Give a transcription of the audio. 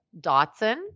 Dotson